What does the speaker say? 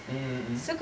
mmhmm mm